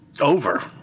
Over